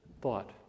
thought